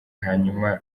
hanyuma